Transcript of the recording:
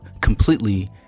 completely